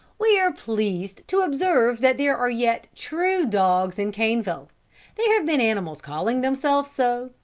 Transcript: we are pleased to observe that there are yet true dogs in caneville there have been animals calling themselves so,